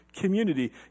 Community